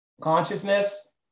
Consciousness